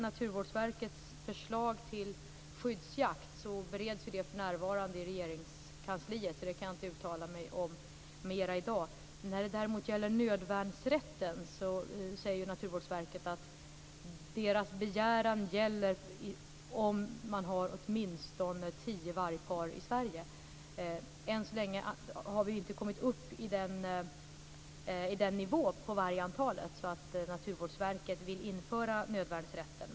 Naturvårdsverkets förslag till skyddsjakt bereds för närvarande i Regeringskansliet, så det kan jag inte uttala mig mera om i dag. När det däremot gäller nödvärnsrätten säger Naturvårdsverket att deras begäran gäller om man har åtminstone tio vargpar i Sverige. Än så länge har vargantalet inte kommit upp i den nivån att Naturvårdsverket vill införa nödvärnsrätt.